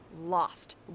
lost